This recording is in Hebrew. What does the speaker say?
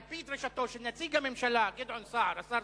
על-פי דרישתו של נציג הממשלה השר גדעון סער,